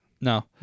No